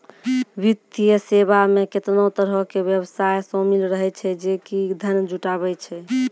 वित्तीय सेवा मे केतना तरहो के व्यवसाय शामिल रहै छै जे कि धन जुटाबै छै